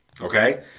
okay